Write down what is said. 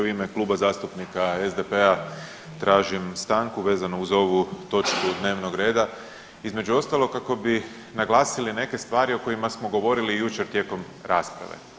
U ime Kluba zastupnika SDP-a tražim stanku vezano uz ovu točku dnevnog reda, između ostalog kako bi naglasili neke stvari o kojima smo govorili jučer tijekom rasprave.